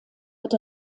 wird